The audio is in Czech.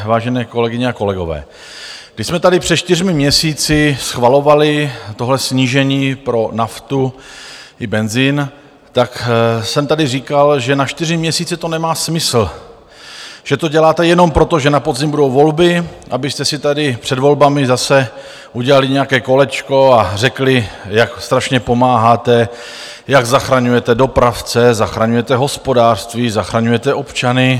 Vážené kolegyně a kolegové, když jsme tady před čtyřmi měsíci schvalovali tohle snížení pro naftu i benzin, tak jsem tady říkal, že na čtyři měsíce to nemá smysl, že to děláte jenom proto, že na podzim budou volby, abyste si tady před volbami zase udělali nějaké kolečko a řekli, jak strašně pomáháte, jak zachraňujete dopravce, zachraňujete hospodářství, zachraňujete občany.